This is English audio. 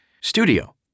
Studio